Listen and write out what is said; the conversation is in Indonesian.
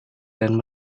dan